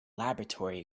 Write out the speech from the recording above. laboratory